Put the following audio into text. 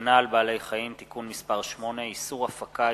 (הגנה על בעלי-חיים) (תיקון מס' 8) (איסור הפקה,